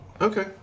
Okay